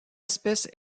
espèce